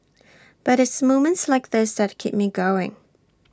but it's moments like this that keep me going